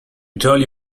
jolly